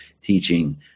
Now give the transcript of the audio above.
teaching